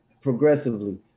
progressively